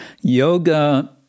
Yoga